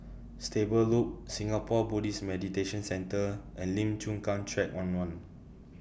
Stable Loop Singapore Buddhist Meditation Centre and Lim Chu Kang Track one one